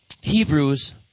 Hebrews